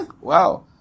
Wow